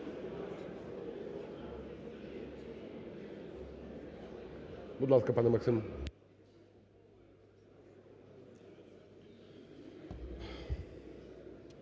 Будь ласка, пане Максим.